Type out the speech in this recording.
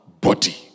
body